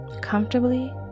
comfortably